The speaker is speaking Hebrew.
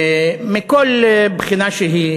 מכל בחינה שהיא,